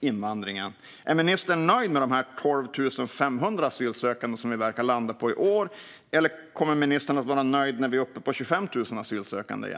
invandringen. Är ministern nöjd med de 12 500 asylsökande som vi verkar landa på i år, eller kommer ministern att vara nöjd när vi är uppe i 25 000 asylsökande igen?